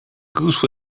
goose